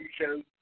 shows